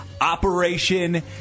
Operation